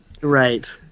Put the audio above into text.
right